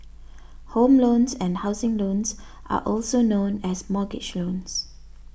home loans and housing loans are also known as mortgage loans